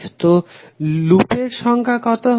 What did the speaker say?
তো লুপের সংখ্যা কত হবে